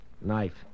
Knife